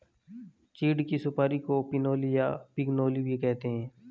चीड़ की सुपारी को पिनोली या पिगनोली भी कहते हैं